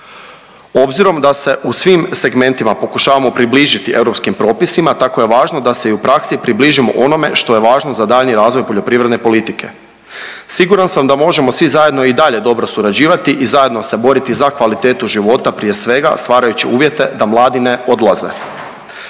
Obzirom da se u svim segmentima pokušavamo približiti europskim propisima tako je važno da se i u praksi približimo onome što je važno za daljnji razvoj poljoprivredne politike. Siguran sam da možemo svi zajedno i dalje dobro surađivati i zajedno se boriti za kvalitetu života prije svega stvarajući uvjete da mladi ne odlaze.